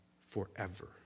forever